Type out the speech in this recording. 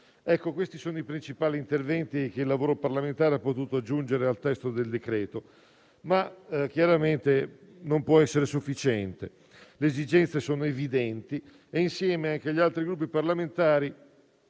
Questi sono i principali interventi che il lavoro parlamentare ha potuto aggiungere al testo del decreto-legge, ma chiaramente ciò non può essere sufficiente. Le esigenze sono evidenti e, insieme anche agli altri Gruppi parlamentari